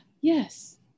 yes